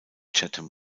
chatham